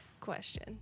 question